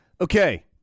Okay